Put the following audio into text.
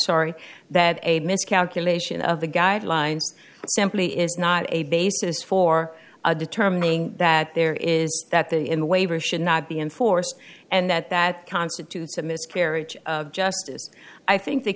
sorry that a miscalculation of the guidelines simply is not a basis for determining that there is that the in the waiver should not be enforced and that that constitutes a miscarriage of justice i think the